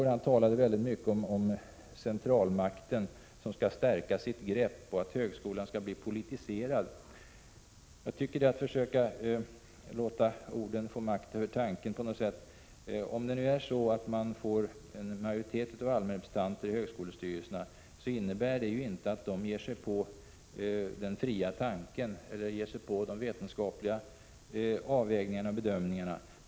Birger Hagård talade mycket om centralmakten som skulle stärka sitt grepp och om att högskolan skulle bli politiserad. Jag tycker det är att låta ordet få makt över tanken. Om man nu får en majoritet av allmänrepresentanter i högskolestyrelserna, innebär det ju inte att de ger sig på den fria tanken eller de vetenskapliga avvägningarna och bedömningarna.